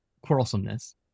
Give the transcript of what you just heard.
quarrelsomeness